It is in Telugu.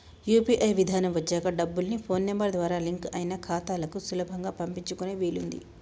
యూ.పీ.ఐ విధానం వచ్చాక డబ్బుల్ని ఫోన్ నెంబర్ ద్వారా లింక్ అయిన ఖాతాలకు సులభంగా పంపించుకునే వీలుంది